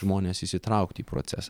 žmones įsitraukti į procesą